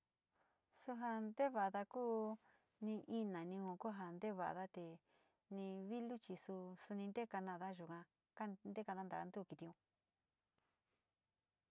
Su ja nteevada kuu ni ina niu kuu ja nteevada te ni vilu chi su suni nte kanada yuga te kanta ta´a tuu kitiun.